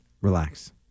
Relax